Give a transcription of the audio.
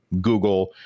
Google –